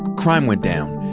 crime went down.